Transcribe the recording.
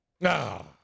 No